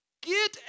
Get